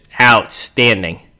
outstanding